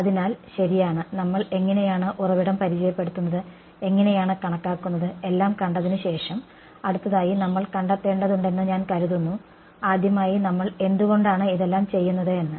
അതിനാൽ ശരിയാണ് നമ്മൾ എങ്ങനെയാണ് ഉറവിടം പരിചയപ്പെടുത്തുന്നത് എങ്ങനെയാണ് കണക്കാക്കുന്നത് എല്ലാം കണ്ടതിനുശേഷം അടുത്തതായി നമ്മൾ കണ്ടെത്തേണ്ടതുണ്ടെന്ന് ഞാൻ കരുതുന്നത് എന്തുകൊണ്ടാണ് നമ്മൾ ഇതെല്ലാം ചെയ്യുന്നത് എന്നാണ്